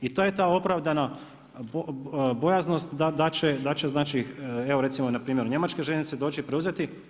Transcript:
I to je ta opravdana bojaznost da će, znači evo recimo na primjer njemačke željeznice doći preuzeti.